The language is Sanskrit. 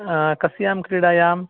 कस्यां क्रीडायां